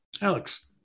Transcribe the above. Alex